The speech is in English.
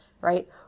right